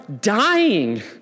dying